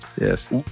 Yes